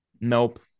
Nope